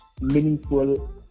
meaningful